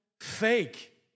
fake